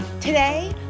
Today